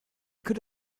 could